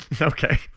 Okay